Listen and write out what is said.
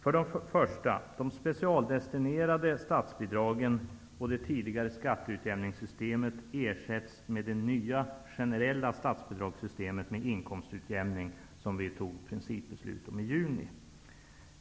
För det första ersätts de specialdestinerade statsbidragen och det tidigare skatteutjämningssystemet med det nya, generella statsbidragssystem med inkomstutjämning som vi fattade principbeslut om i juni.